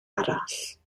arall